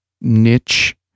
niche